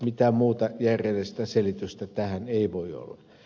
mitään muuta järjellistä selitystä tähän ei voi olla